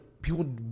People